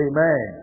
Amen